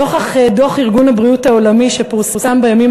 נוכח דוח ארגון הבריאות העולמי שפורסם בימים